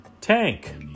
Tank